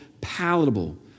palatable